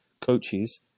coaches